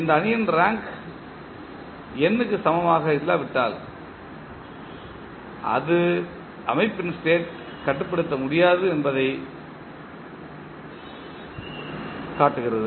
இந்த அணியின் rank n க்கு சமமாக இல்லாவிட்டால் அது அமைப்பின் ஸ்டேட் கட்டுப்படுத்த முடியாது என்பதைக் காட்டுகிறது